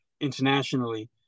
internationally